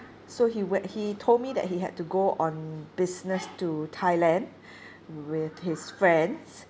so he went he told me that he had to go on business to thailand with his friends